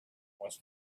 was